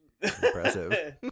impressive